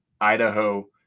Idaho